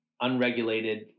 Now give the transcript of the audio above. unregulated